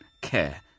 care